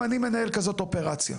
אם אני מנהל כזאת אופרציה.